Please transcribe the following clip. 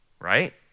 right